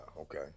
okay